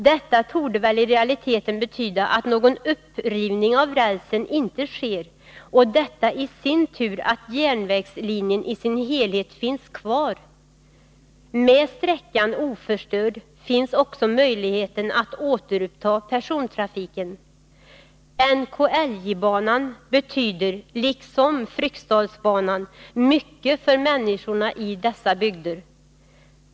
Detta torde väl i realiteten betyda att någon upprivning av rälsen inte sker, och detta i sin tur att järnvägslinjen i sin helhet finns kvar. Med sträckan oförstörd finns också möjligheten att återuppta persontrafiken. NKIJ-banan betyder liksom Fryksdalsbanan mycket för människorna i dessa bygder.